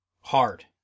Hard